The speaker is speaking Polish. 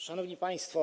Szanowni Państwo!